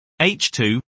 H2